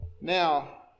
Now